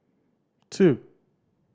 two